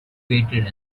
waited